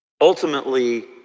Ultimately